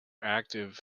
active